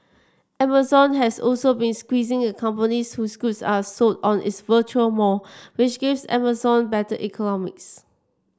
Amazon has also been squeezing the companies whose goods are sold on its virtual mall which gives Amazon better economics